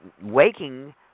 waking